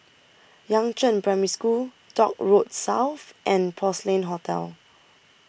Yangzheng Primary School Dock Road South and Porcelain Hotel